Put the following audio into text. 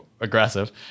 aggressive